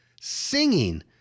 singing